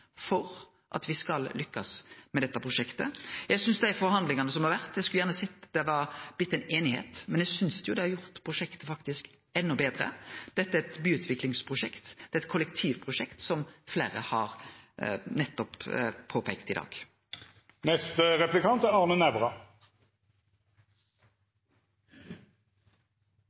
for at me skal lykkast med dette prosjektet. Eg skulle gjerne sett at det var blitt ei einigheit, men eg synest dei forhandlingane som har vore, faktisk har gjort prosjektet enda betre. Dette er eit byutviklingsprosjekt, det er eit kollektivprosjekt, som fleire har påpeikt i